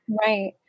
Right